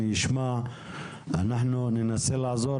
אני אשמע ואנחנו ננסה לעזור,